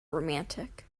romantic